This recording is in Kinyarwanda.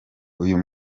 uyu